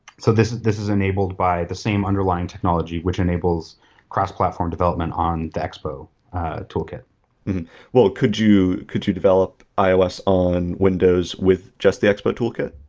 so this this is enabled by the same underlying technology which enables cross platform development on the expo tool kit could you could you develop ios on windows with just the expo tool kit?